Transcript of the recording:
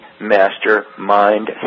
Mastermind